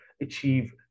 achieve